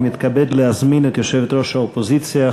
אני מתכבד להזמין את יושבת-ראש האופוזיציה,